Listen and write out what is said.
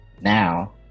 Now